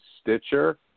Stitcher